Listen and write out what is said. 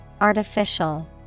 Artificial